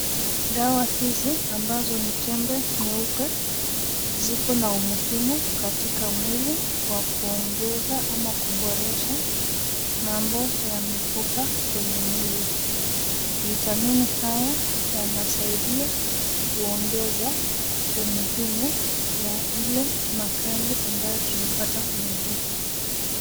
Dawa hizi ambazo ni tembe nyeupe. Zikona umuhimu katika miwili kwa kuongeza ama kuboresha mambo ya mifupa kwenye mwili. Vitamini, haya yanasaidia kuongeza umuhimu ya ile makali ambayo tunapata kwenye jua.